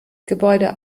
gebäude